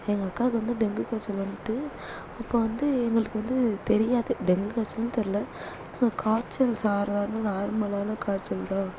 எங்கள் அக்காவுக்கு வந்து டெங்கு காய்ச்சல் வந்துட்டு அப்போது வந்து எங்களுக்கு வந்து தெரியாது டெங்கு காய்ச்சலுனு தெரியல ஆனால் காய்ச்சல் சாதாரண நார்மலான காய்ச்சல் தான்